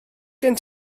gen